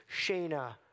Shana